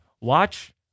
Watch